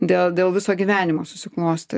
dėl dėl viso gyvenimo susiklostė